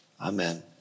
amen